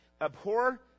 Abhor